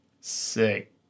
Sick